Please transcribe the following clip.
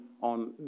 on